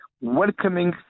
welcoming